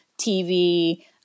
TV